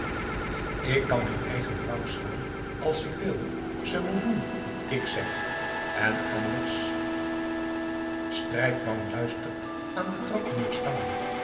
ik kan mijn eigen vrouw slaan als ik wil ze moet doen wat ik zeg en anders strijkman luistert aan de trapdeur staande